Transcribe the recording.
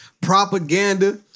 propaganda